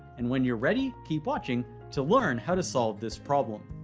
and when you're ready, keep watching to learn how to solve this problem.